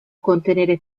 contenere